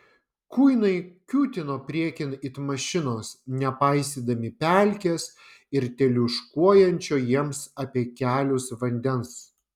kuinai kiūtino priekin it mašinos nepaisydami pelkės ir teliūškuojančio jiems apie kelius vandens